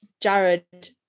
Jared